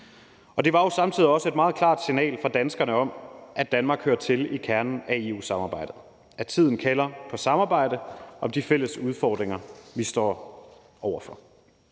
Det var samtidig også et meget klart signal fra danskerne om, at Danmark hører til i kernen af EU-samarbejdet, og at tiden kalder på samarbejde om de fælles udfordringer, vi står over for.